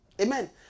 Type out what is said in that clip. Amen